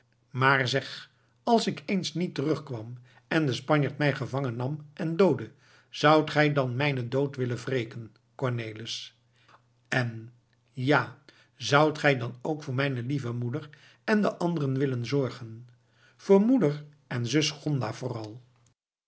maar zeg als ik eens niet terugkwam en de spanjaard mij gevangen nam en doodde zoudt gij dan mijnen dood willen wreken cornelis en ja zoudt gij dan ook voor mijne lieve moeder en de anderen willen zorgen voor moeder en zus gonda vooral